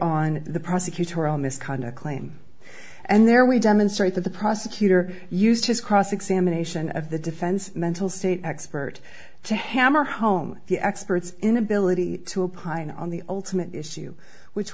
on the prosecutorial misconduct claim and there we demonstrate that the prosecutor used his cross examination of the defense mental state expert to hammer home the experts inability to a pine on the ultimate issue which